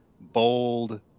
bold